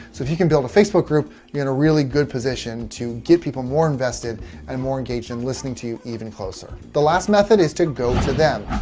so if you can build a facebook group you're in a really good position to get people more invested and more engaged in listening to you even closer. the last method is to go to them.